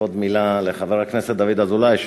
עוד מילה לחבר הכנסת דוד אזולאי.